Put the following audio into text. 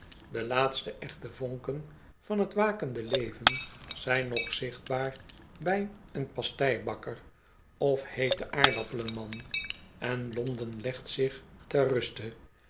de laatste echte vonken van t wakende leven zijn nog zichtbaar bij een pasteibakker of heete aardappelen man en londen legt zich ter ruste